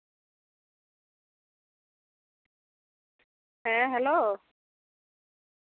ᱦᱮᱸ ᱦᱮᱞᱳ